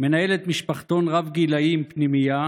מנהלת משפחתון רב-גילי, פנימייה,